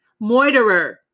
Moiterer